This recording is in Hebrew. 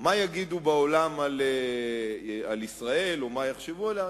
מה יגידו בעולם על ישראל, מה יחשבו עליה.